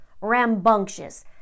rambunctious